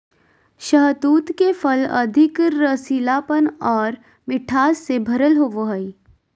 शहतूत के फल अधिक रसीलापन आर मिठास से भरल होवो हय